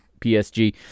PSG